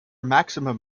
maximum